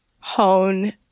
hone